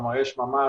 כלומר יש ממש